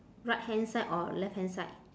right hand side or left hand side